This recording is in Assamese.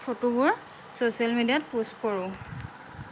ফটোবোৰ ছ'চিয়েল মিডিয়াত প'ষ্ট কৰোঁ